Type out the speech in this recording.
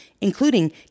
including